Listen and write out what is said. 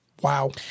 wow